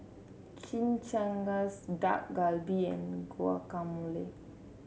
Chimichangas Dak Galbi and Guacamole